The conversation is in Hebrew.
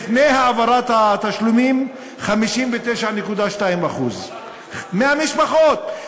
לפני העברת התשלומים, 59.2%. מהמשפחות.